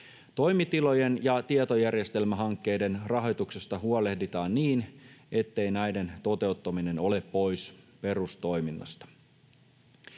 Toimitilojen ja tietojärjestelmähankkeiden rahoituksesta huolehditaan niin, ettei näiden toteuttaminen ole pois perustoiminnasta.